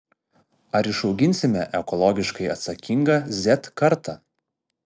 ar išauginsime ekologiškai atsakingą z kartą